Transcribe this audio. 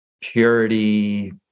purity